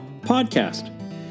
podcast